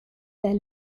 der